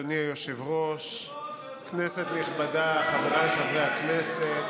אדוני היושב-ראש, כנסת נכבדה, חבריי חברי הכנסת.